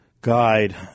Guide